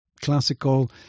classical